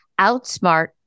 Outsmart